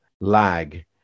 lag